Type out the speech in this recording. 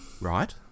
right